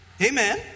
Amen